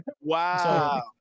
Wow